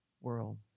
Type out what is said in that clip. world